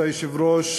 כבוד היושב-ראש,